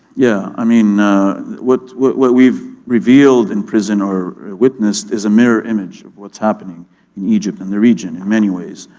yeah, i mean what what we've revealed in prison or witnessed is a mirror image of what's happening in egypt and the region in many ways.